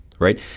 Right